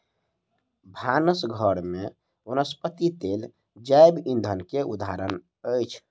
भानस घर में वनस्पति तेल जैव ईंधन के उदाहरण अछि